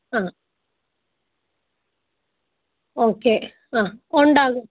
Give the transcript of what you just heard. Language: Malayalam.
ആ ഓക്കെ ആ ഉണ്ടാകും